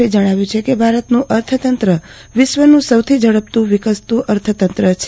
એ જજ્ઞાવ્યું છે કે ભારતનું અર્થતંત્ર વિશ્વનું સૌથી ઝડપથી વિકસતું અર્થતંત્ર છે